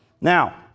Now